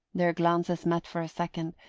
their glances met for a second,